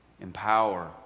empower